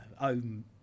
own